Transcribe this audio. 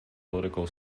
political